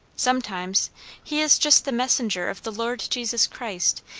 sometimes he is just the messenger of the lord jesus christ,